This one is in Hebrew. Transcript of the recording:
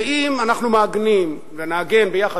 ואם אנחנו מעגנים ונעגן ביחד,